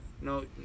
no